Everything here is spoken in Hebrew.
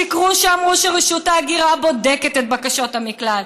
שיקרו כשאמרו שרשות ההגירה בודקת את בקשות המקלט,